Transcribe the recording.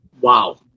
wow